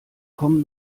kommen